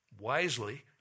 wisely